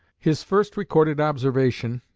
his first recorded observation,